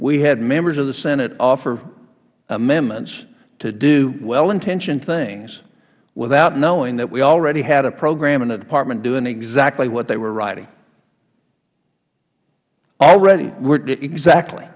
we had members of the senate offer amendments to do well intentioned things without knowing that we already had a program and a department doing exactly what they were writing already and exactly